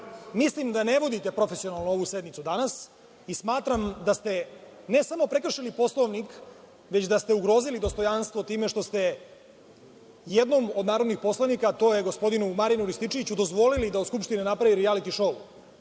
da ne vodite profesionalno ovu sednicu danas i smatram da ste, ne samo prekršili Poslovnik, već da ste ugrozili dostojanstvo time što ste jednom od narodnih poslanika, gospodinu Marijanu Rističeviću dozvolili da od Skupštine napravi rijaliti šou,